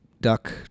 duck